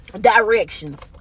directions